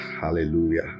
hallelujah